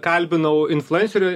kalbinau influencerių